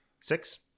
six